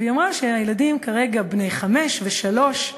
והיא אמרה שהילדים כרגע בני חמש ושלוש.